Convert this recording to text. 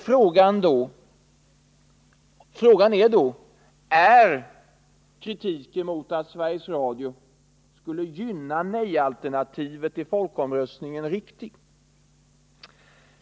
Frågan är då: Är kritiken som hävdar att Sveriges Radio skulle gynna nej-alternativet i folkomröstningen riktig?